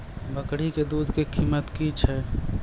बकरी के दूध के कीमत की छै?